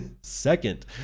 Second